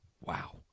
wow